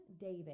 David